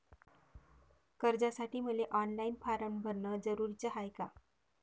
कर्जासाठी मले online form भरन जरुरीच हाय का?